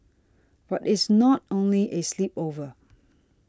but it's not only a sleepover